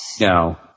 No